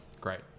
Great